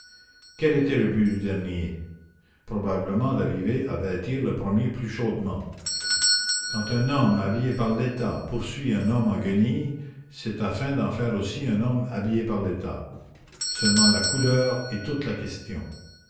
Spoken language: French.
quel était le but du dernier probablement d'arriver à vêtir le premier plus chaudement quand un homme habillé par l'état poursuit un homme en guenilles c'est afin d'en faire aussi un homme habillé par l'état seulement la couleur est toute la question